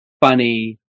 funny